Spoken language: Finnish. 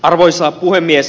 arvoisa puhemies